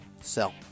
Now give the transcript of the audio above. Sell